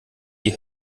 die